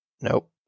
Nope